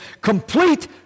complete